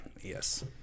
Yes